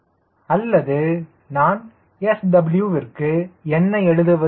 b8SW அல்லது நான் SW விற்கு என்ன எழுதுவது